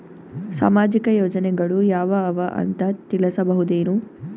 ಸಾಮಾಜಿಕ ಯೋಜನೆಗಳು ಯಾವ ಅವ ಅಂತ ತಿಳಸಬಹುದೇನು?